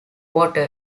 water